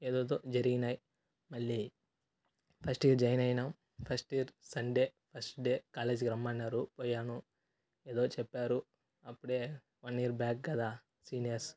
ఏదేదో జరిగినాయి మళ్ళీ ఫస్ట్ ఇయర్ జాయిన్ అయినా first year Sunday first day కాలేజ్కి రమ్మన్నారు పోయాను ఏదో చెప్పారు అప్పుడే వన్ ఇయర్ బ్యాక్ కదా సీనియర్స్